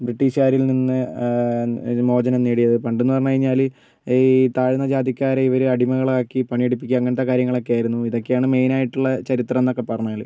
ബ്രിട്ടീഷുകാരിൽ നിന്ന് മോചനം നേടിയത് പണ്ടെന്നു പറഞ്ഞു കഴിഞ്ഞാൽ ഈ താഴ്ന്ന ജാതിക്കാരെ ഇവർ അടിമകളാക്കി പണിയെടുപ്പിക്കുക അങ്ങനത്തെ കാര്യങ്ങളൊക്കെയായിരുന്നു ഇതൊക്കെയാണ് മെനായിട്ടുള്ള ചരിത്രം എന്നൊക്കെ പറഞ്ഞാൽ